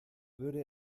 würde